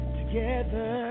together